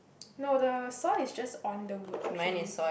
no the saw is just on the wood actually